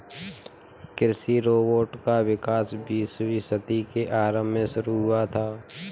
कृषि रोबोट का विकास बीसवीं सदी के आरंभ में शुरू हुआ था